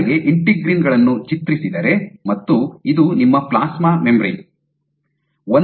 ನನಗೆ ಇಂಟಿಗ್ರಿನ್ ಗಳನ್ನು ಚಿತ್ರಿಸಿದರೆ ಮತ್ತು ಇದು ನಿಮ್ಮ ಪ್ಲಾಸ್ಮಾ ಮೆಂಬರೇನ್